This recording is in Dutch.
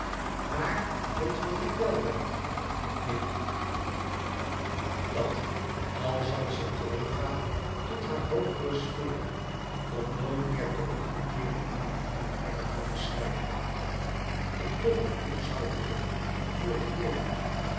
maar weet je wat ik wel weet neen dat al was ze teruggegaan tot haar hoogere sferen om nooit meer terug te keeren aan mijn arme eikenhouten schrijftafel ik toch een doel zoû hebben om voor te leven